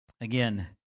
Again